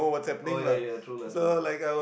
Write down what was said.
oh ya ya true lah true lah